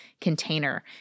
container